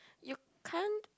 you can't